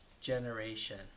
generation